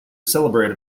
celebrate